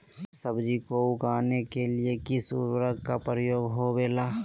सब्जी को उगाने के लिए किस उर्वरक का उपयोग होबेला?